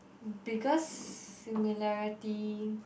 because similarity